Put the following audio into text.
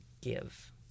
give